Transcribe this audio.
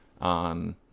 on